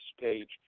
page